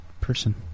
person